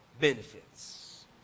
benefits